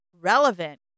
relevant